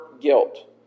guilt